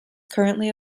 currently